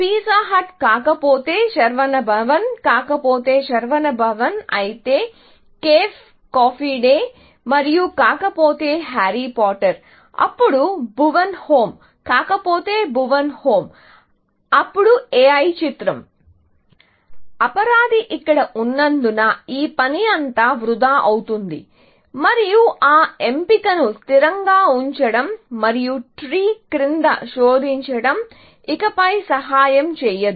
pizza hut కాకపోతే శరవణ భవన్ కాకపోతే శరవణ భవన్ అయితే కేఫ్ కాఫీ డే మరియు కాకపోతే హ్యారీ పాటర్ అప్పుడు భువాన్ హోమ్ కాకపోతే భువాన్ హోమ్ అప్పుడు A I చిత్రం అపరాధి ఇక్కడ ఉన్నందున ఈ పని అంతా వృధా అవుతుంది మరియు ఆ ఎంపికను స్థిరంగా ఉంచడం మరియు ట్రీ క్రింద శోధించడం ఇకపై సహాయం చేయదు